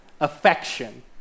affection